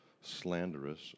slanderous